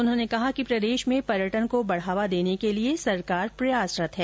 उन्होंने कहा कि प्रदेश में पर्यटन को बढ़ावा देने के लिए भी सरकार प्रयासरत है